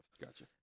Gotcha